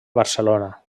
barcelona